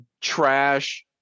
trash